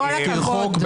בתזכיר חוק?